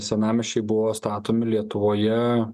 senamiesčiai buvo statomi lietuvoje